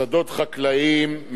שדות חקלאיים,